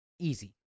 Easy